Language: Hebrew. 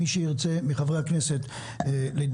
שנמצאת אתנו וחברי כנסת נוספים.